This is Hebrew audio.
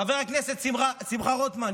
חבר הכנסת שמחה רוטמן,